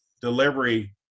delivery